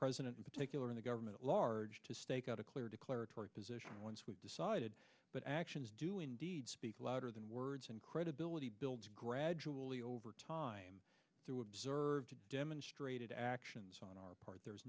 president in particular in the government large to stake out a clear declaratory position once we've decided what actions do indeed speak louder than words and credibility builds gradually over time through observed demonstrated actions on our part there's